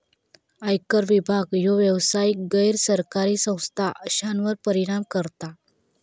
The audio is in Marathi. आयकर विभाग ह्यो व्यावसायिक, गैर सरकारी संस्था अश्यांवर परिणाम करता